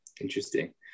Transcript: Interesting